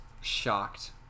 shocked